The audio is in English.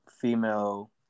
female